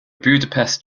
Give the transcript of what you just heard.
budapest